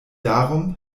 darum